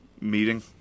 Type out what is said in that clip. meeting